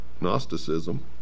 Gnosticism